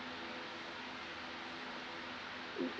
mmhmm